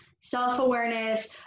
self-awareness